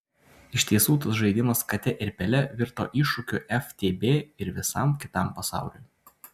iš tiesų tas žaidimas kate ir pele virto iššūkiu ftb ir visam kitam pasauliui